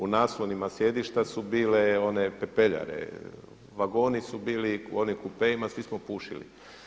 U naslonima sjedišta su bile one pepeljare, vagoni su bili u onim kupeima svi smo pušili.